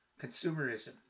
consumerism